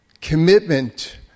commitment